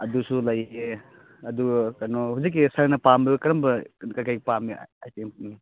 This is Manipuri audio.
ꯑꯗꯨꯁꯨ ꯂꯩꯌꯦ ꯑꯗꯨꯒ ꯀꯩꯅꯣ ꯍꯧꯖꯤꯛꯀꯤ ꯁꯥꯔꯅ ꯄꯥꯝꯕꯗꯣ ꯀꯔꯝꯕ ꯀꯩꯀꯩ ꯄꯥꯝꯃꯤ ꯑꯥꯏꯇꯦꯝꯁꯤꯡꯁꯦ